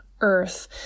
earth